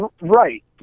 Right